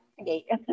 Okay